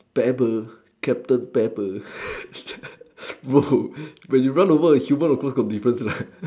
pepper captain pepper bro when you run over a human of course got difference leh